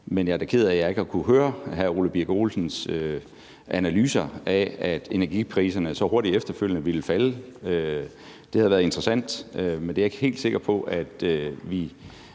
men jeg er da ked af, at jeg ikke har kunnet høre hr. Ole Birk Olesens analyser af, at energipriserne så hurtigt efterfølgende ville falde. Det havde været interessant, men det er jeg ikke helt sikker på at vi